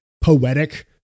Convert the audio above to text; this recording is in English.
poetic